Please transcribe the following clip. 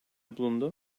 bulundu